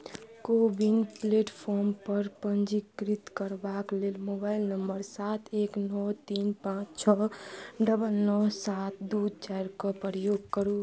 को विन प्लेटफार्मपर पञ्जीकृत करबाक लेल मोबाइल नम्बर सात एक नओ तीन पाँच छओ डबल नओ सात दू चारिके प्रयोग करू